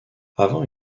avant